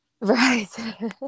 Right